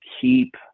keep